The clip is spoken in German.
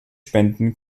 spenden